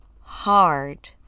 hard